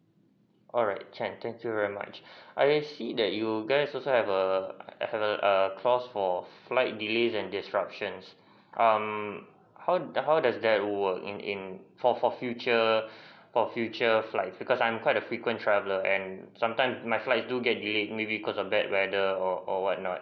alright can thank you very much I see that you guys also have a have a clause for flight delays and disruptions um how how does that work in in for for future for future flight because I'm quite a frequent traveller and sometimes my flight do get delay maybe because of the bad weather or or whatnot